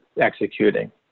executing